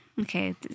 Okay